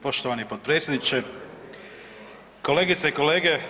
Poštovani potpredsjedniče, kolegice i kolege.